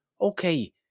okay